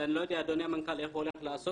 שאני לא יודע איך אדוני המנכ"ל הולך ליישם.